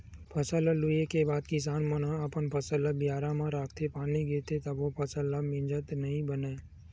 फसल ल लूए के बाद किसान मन अपन फसल ल बियारा म राखथे, पानी गिरथे तभो फसल ल मिजत नइ बनय